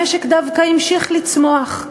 המשק דווקא המשיך לצמוח,